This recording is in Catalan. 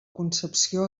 concepció